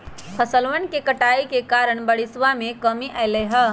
जंगलवन के कटाई के कारण बारिशवा में कमी अयलय है